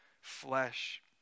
flesh